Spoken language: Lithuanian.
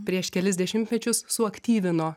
prieš kelis dešimtmečius suaktyvino